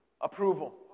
Approval